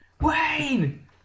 Wayne